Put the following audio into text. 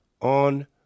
on